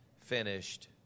finished